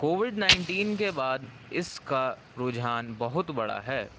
Covid nineteen کے بعد اس کا رجحان بہت بڑھا ہے